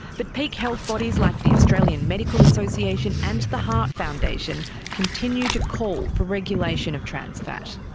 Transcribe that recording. but peak health bodies like the australian medical association and the heart foundation continue to call for regulation of trans fat.